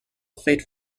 fate